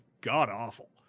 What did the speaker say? god-awful